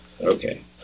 Okay